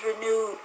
renewed